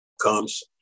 comes